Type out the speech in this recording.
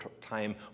time